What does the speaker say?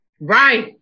Right